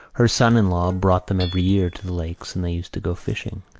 her son-in-law brought them every year to the lakes and they used to go fishing.